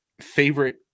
favorite